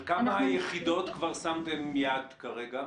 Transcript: על כמה יחידות שמתם יד כרגע?